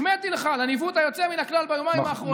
החמאתי לך על הניווט היוצא מן הכלל ביומיים האחרונים.